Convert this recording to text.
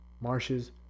marshes